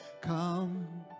come